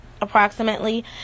approximately